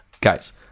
Guys